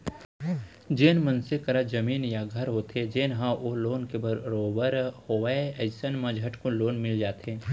जेन मनसे करा जमीन या घर होथे जेन ह ओ लोन के बरोबर होवय अइसन म झटकुन लोन मिल जाथे